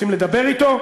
רוצים לדבר אתו?